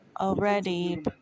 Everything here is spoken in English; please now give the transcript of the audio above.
already